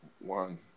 One